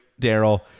Daryl